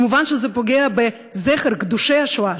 מובן שזה פוגע בזכר קדושי השואה,